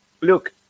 look